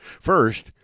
First